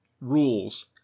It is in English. rules